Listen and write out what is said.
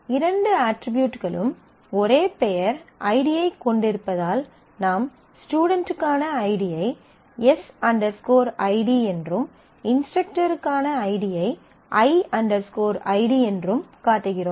இரண்டு அட்ரிபியூட்களும் ஒரே பெயர் ஐடியைக் கொண்டிருப்பதால் நாம் ஸ்டுடென்ட்டுக்கான ஐடியை எஸ் ஐடி s id என்றும் இன்ஸ்டரக்டருக்கான ஐடியை ஐ ஐடி i id என்றும் காட்டுகிறோம்